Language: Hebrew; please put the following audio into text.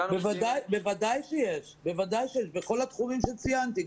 בוודאי שיש בכל התחומים שציינתי,